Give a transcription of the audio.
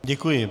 Děkuji.